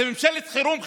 זאת ממשלת חירום,